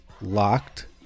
locked